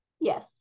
Yes